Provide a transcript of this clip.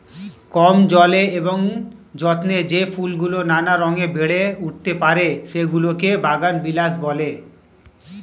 কম জলে এবং যত্নে যেই ফুলগুলো নানা রঙে বেড়ে উঠতে পারে, সেগুলোকে বাগানবিলাস বলে